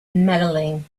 medaling